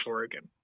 Oregon